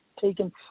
taken